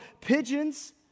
pigeons